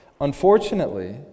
Unfortunately